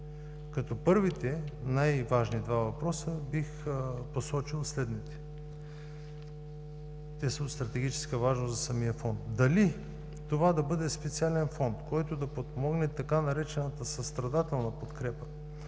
Като първи най-важни два въпроса бих посочил следните – те са от стратегическа важност за самия Фонд: дали това да бъде специален фонд, който да подпомогне така наречената „състрадателна подкрепа”